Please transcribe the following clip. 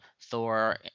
Thor